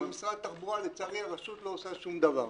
ומשרד התחבורה, לצערי, הרשות לא עושה שום דבר,